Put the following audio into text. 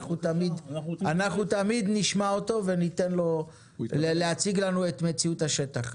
תמיד נשמע אותו ונתן לו להציג לנו את מציאות השטח.